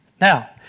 Now